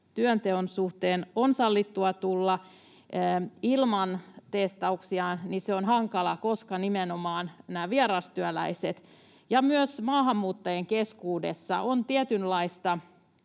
työnteon suhteen on tällä hetkellä sallittua tulla ilman testauksia, ja se on hankalaa, koska nimenomaan vierastyöläisten ja myös maahanmuuttajien keskuudessa on tietynlaista